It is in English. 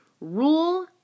rule